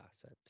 asset